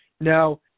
Now